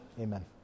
amen